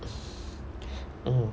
mm